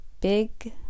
big